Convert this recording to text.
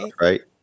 right